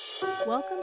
Welcome